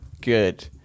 Good